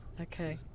Okay